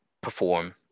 perform